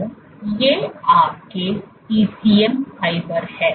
तो ये आपके ECM फाइबर हैं